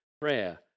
prayer